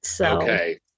Okay